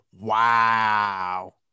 Wow